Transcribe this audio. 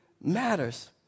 matters